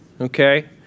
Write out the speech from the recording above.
okay